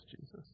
Jesus